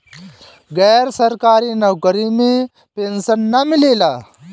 गैर सरकारी नउकरी में पेंशन ना मिलेला